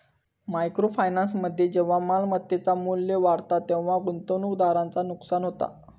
micro फायनान्समध्ये जेव्हा मालमत्तेचा मू्ल्य वाढता तेव्हा गुंतवणूकदाराचा नुकसान होता